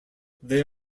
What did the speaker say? they